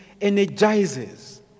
energizes